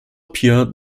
pure